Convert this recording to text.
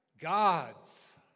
God's